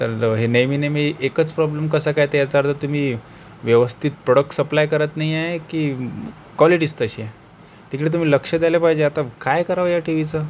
तर हे नेहमी नेहमी एकच प्रॉब्लेम कसा काय त्याचा अर्थ तुम्ही व्यवस्थित प्रॉडक्ट सप्लाय करत नाही आहे की क्वॉलटिच तशी आहे तिकडे तुम्ही लक्ष द्यायला पाहिजे आता काय करायवं या टी व्हीचं